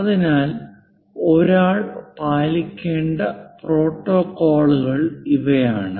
അതിനാൽ ഒരാൾ പാലിക്കേണ്ട പ്രോട്ടോക്കോളുകൾ ഇവയാണ്